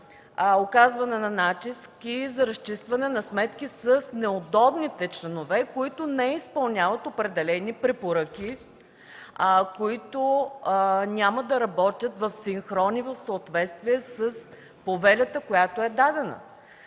оказване на натиск и за разчистване на сметки с неудобните членове, които не изпълняват определени препоръки, които няма да работят в синхрон и в съответствие с повелята, която е дадена.